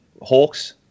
Hawks